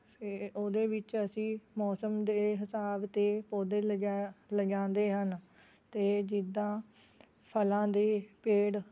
ਫੇਰ ਉਹਦੇ ਵਿੱਚ ਅਸੀਂ ਮੌਸਮ ਦੇ ਹਿਸਾਬ 'ਤੇ ਪੌਦੇ ਲਗਾ ਲਗਾਉਂਦੇ ਹਨ ਅਤੇ ਜਿੱਦਾਂ ਫਲਾਂ ਦੇ ਪੇੜ